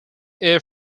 air